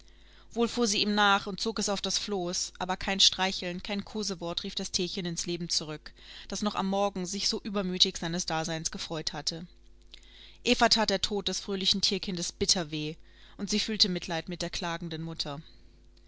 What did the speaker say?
wohl fuhr sie ihm nach und zog es auf das floß aber kein streicheln kein kosewort rief das tierchen ins leben zurück das noch am morgen sich so übermütig seines daseins gefreut hatte eva tat der tod des fröhlichen tierkindes bitter weh und sie fühlte mitleid mit der klagenden mutter